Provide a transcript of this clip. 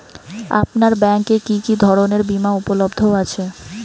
আপনার ব্যাঙ্ক এ কি কি ধরনের বিমা উপলব্ধ আছে?